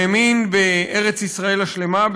שהאמין בארץ ישראל השלמה,